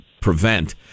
prevent